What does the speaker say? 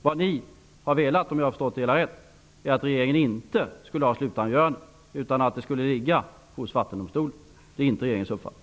Vad ni har velat, om jag nu har förstått det hela rätt, är att regeringen inte skall ha slutavgörandet, utan att detta skall ligga hos Vattendomstolen. Det är inte regeringens uppfattning.